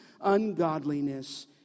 ungodliness